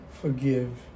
forgive